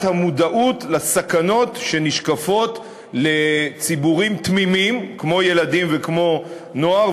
המודעות לסכנות שנשקפות לציבורים תמימים כמו ילדים וכמו נוער.